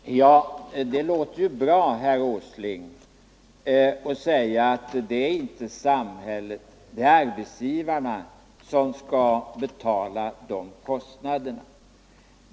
Herr talman! Det låter bra, herr Åsling, att det inte är samhället utan arbetsgivarna som skall betala de kostnaderna.